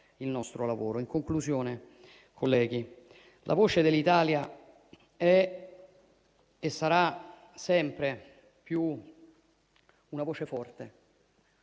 il nostro lavoro. In conclusione, colleghi, la voce dell'Italia è e sarà sempre più una voce forte